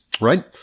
right